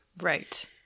Right